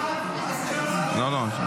--- יבגני, יש חוקים --- מה זה?